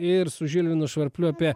ir su žilvinu švarpliu apie